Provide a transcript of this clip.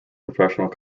professional